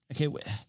Okay